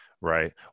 Right